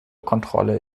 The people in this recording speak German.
kontrolle